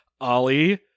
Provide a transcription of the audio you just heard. Ollie